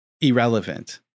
irrelevant